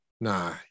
Nah